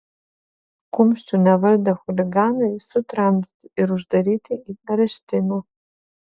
kumščių nevaldę chuliganai sutramdyti ir uždaryti į areštinę